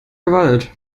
gewalt